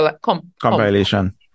compilation